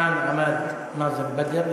כאן עמד נאזם בדר,